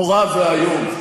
נורא ואיום.